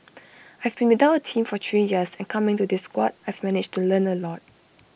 I've been without A team for three years and coming to this squad I've managed to learn A lot